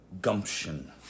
gumption